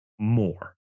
more